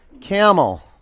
camel